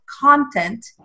content